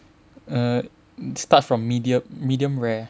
err start from medium medium rare